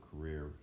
career